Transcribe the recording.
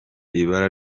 ibara